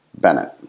Bennett